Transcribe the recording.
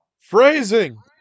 phrasing